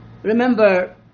Remember